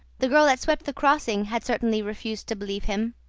the girl that swept the crossing had certainly refused to believe him.